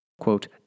quote